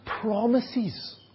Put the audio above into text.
promises